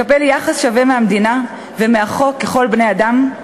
לקבל יחס שווה מהמדינה ומהחוק ככל בני-האדם?